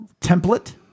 template